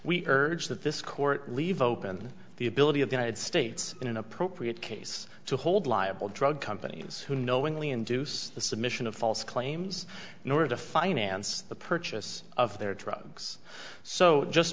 we urge that this court leave open the ability of united states in an appropriate case to hold liable drug companies who knowingly induce the submission of false claims in order to finance the purchase of their drugs so just